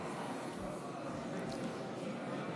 למי